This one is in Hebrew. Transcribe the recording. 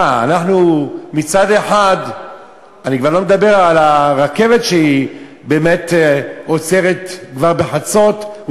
אני כבר לא מדבר על הרכבת שעוצרת כבר בחצות,